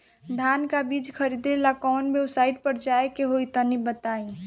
धान का बीज खरीदे ला काउन वेबसाइट पर जाए के होई तनि बताई?